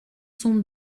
son